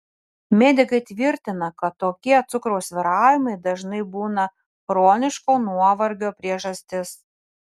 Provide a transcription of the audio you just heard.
medikai tvirtina kad tokie cukraus svyravimai dažnai būna chroniško nuovargio priežastis